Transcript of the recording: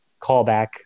callback